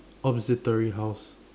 observatory house